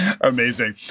amazing